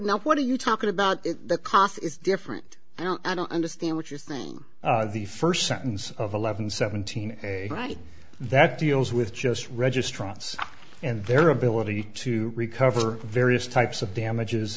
now what are you talking about the cost is different i don't understand what you're saying the first sentence of eleven seventeen right that deals with just registrars and their ability to recover various types of damages